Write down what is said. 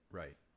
right